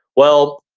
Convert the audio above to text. well,